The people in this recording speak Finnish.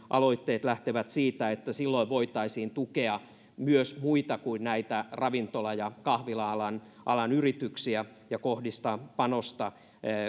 aloitteet lähtevät siitä että silloin voitaisiin tukea myös muita kuin näitä ravintola ja kahvila alan alan yrityksiä ja kohdistaa panosta